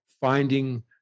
finding